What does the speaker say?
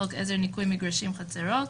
חוק עזר ניקוי מגרשים וחצרות,